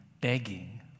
begging